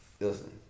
Listen